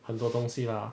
很多东西 lah